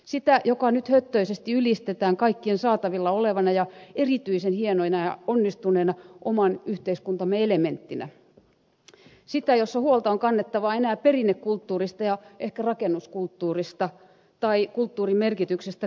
sitä jota nyt höttöisesti ylistetään kaikkien saatavilla olevana ja erityisen hienona ja onnistuneena oman yhteiskuntamme elementtinä sitä jossa huolta on kannettava enää perinnekulttuurista ja ehkä rakennuskulttuurista tai kulttuurin merkityksestä kriisinhallinnalle